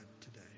today